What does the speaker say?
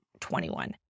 21